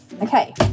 Okay